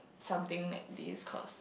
something like this cause